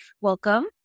Welcome